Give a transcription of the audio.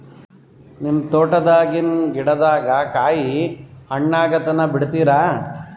ನಿಮ್ಮ ತೋಟದಾಗಿನ್ ಗಿಡದಾಗ ಕಾಯಿ ಹಣ್ಣಾಗ ತನಾ ಬಿಡತೀರ?